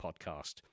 Podcast